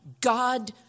God